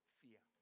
fear